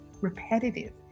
repetitive